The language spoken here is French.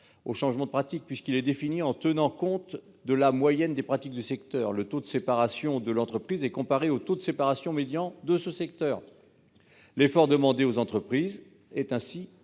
au changement de pratiques, puisqu'il est défini en tenant compte de la moyenne des pratiques du secteur. Ainsi, le taux de séparation de l'entreprise est comparé au taux de séparation médian de son secteur : l'effort demandé aux entreprises est donc